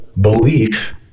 belief